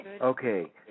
Okay